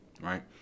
right